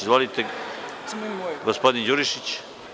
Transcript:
Izvolite, gospodin Đurišić.